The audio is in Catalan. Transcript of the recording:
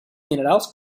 minerals